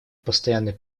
постоянный